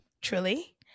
truly